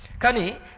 Kani